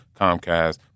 Comcast